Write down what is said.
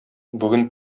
бүген